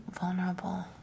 vulnerable